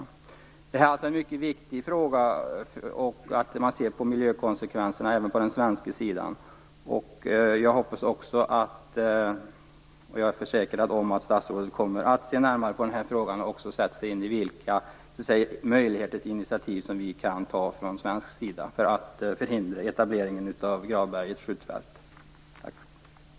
Det är alltså mycket viktigt att man ser på miljökonsekvenserna även på den svenska sidan. Jag är säker på att statsrådet kommer att se närmare på den här frågan och också sätta sig in i vilka möjligheter det finns att från svensk sida ta initiativ för att förhindra etableringen av Gravbergets skjutfält. Tack!